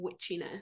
witchiness